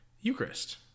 Eucharist